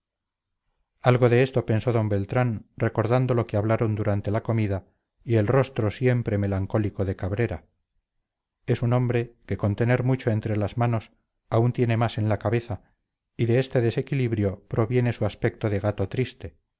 algo de esto pensó d beltrán recordando lo que hablaron durante la comida y el rostro siempre melancólico de cabrera es un hombre que con tener mucho entre las manos aún tiene más en la cabeza y de este desequilibrio proviene su aspecto de gato triste